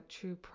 true